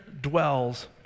dwells